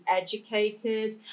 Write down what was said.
educated